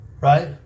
Right